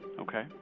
Okay